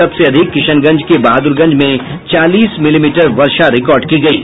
सबसे अधिक किशनगंज के बहादुरगंज में चालीस मिलीमीटर वर्षा रिकॉर्ड की गयी